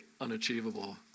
unachievable